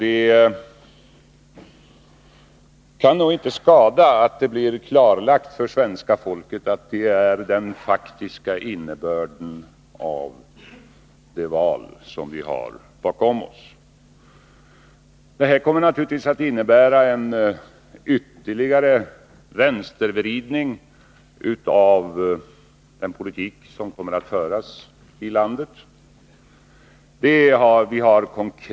Det kan inte skada att det blir klarlagt för svenska folket att det är den faktiska innebörden av resultatet av det val vi har bakom oss. Det kommer naturligtvis att innebära en ytterligare vänstervridning av den politik som kommer att föras i landet.